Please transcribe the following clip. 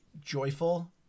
joyful